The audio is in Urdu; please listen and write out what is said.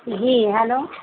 جی ہیلو